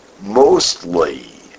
mostly